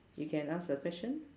you can ask a question